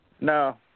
No